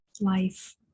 Life